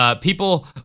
People